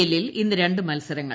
എല്ലിൽ ഇന്ന് രണ്ട് മത്സരങ്ങൾ